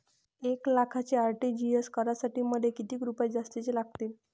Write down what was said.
एक लाखाचे आर.टी.जी.एस करासाठी मले कितीक रुपये जास्तीचे लागतीनं?